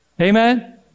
Amen